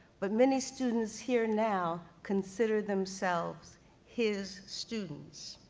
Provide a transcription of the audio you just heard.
but many students here now, consider themselves his students.